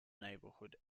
neighbourhood